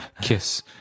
kiss